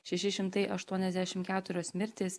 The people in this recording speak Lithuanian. šeši šimtai aštuoniasdešim keturios mirtys